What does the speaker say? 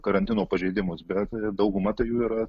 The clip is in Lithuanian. karantino pažeidimus bet dauguma tai jų yra